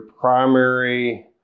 primary